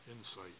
insight